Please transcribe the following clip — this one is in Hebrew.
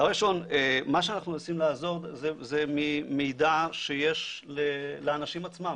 דבר ראשון מה שאנחנו מנסים לעזור זה ממידע שיש לאנשים עצמם,